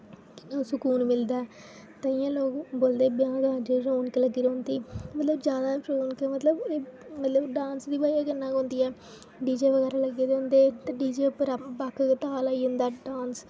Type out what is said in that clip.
बड़ा सुकून मिलदा ऐ ताइयै लोक बोलदे ब्याह् कारजे च रौनक लग्गी रौह्ंदी मतलब रौनक ते मतलब डांस दी वजह कन्नै गे होंदी ऐ डीजे बगैरा लग्गे दे होंदे ते डीजे पर आओ गै ताल आई जंदा डांस दा